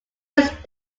used